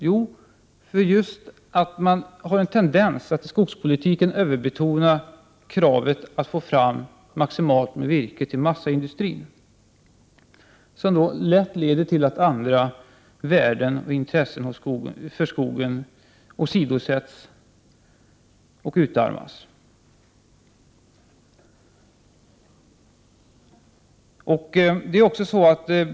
Jo, därför att man har tendensen att i skogspolitiken överbetona kravet att få fram maximalt med virke till massaindustrin, vilket lätt leder till att andra värden och intressen åsidosätts och utarmas.